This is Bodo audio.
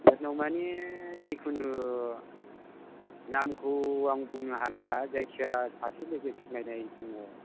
सोरनाव माने जिखुनु नामखौ आं बुंनो हाला जायखिजाया सासे लोगो सिनायनाय दङ